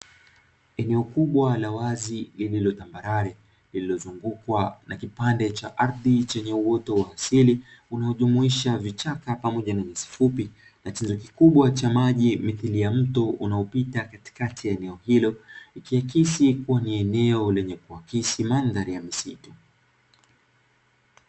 Eneo kubwa la wazi lililo tambarare lililozungukwa na kipande cha ardhi chenye uoto wa asili, unaojumuisha vichaka pamoja na nyasi fupi, na chanzo kikubwa cha maji mithili ya mto unaopita katikati ya eneo hilo, ikiakisi kua ni eneo lenye kuakisi mandhari ya misitu.